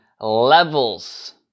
levels